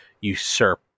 usurp